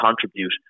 contribute